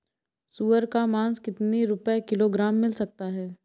सुअर का मांस कितनी रुपय किलोग्राम मिल सकता है?